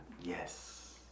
Yes